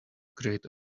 create